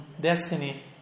destiny